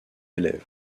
élèves